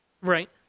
Right